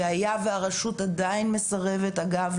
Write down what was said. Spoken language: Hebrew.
והיה והרשות עדיין מסרבת --- אגב,